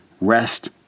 Rest